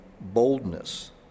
boldness